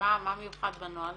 -- מה מיוחד בנוהל?